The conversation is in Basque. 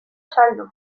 saldu